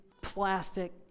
plastic